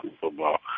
football